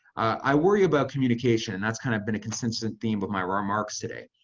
i worry about communication. that's kind of been a consistent theme with my remarks today.